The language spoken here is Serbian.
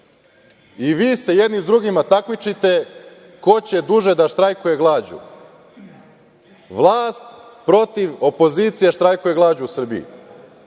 i vi se jedni s drugima takmičite ko će duže da štrajkuje glađu. Vlast protiv opozicije štrajkuje glađu u Srbiji